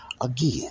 again